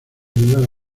ayudar